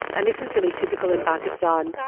and this is really typical in pakistan.